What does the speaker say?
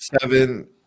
seven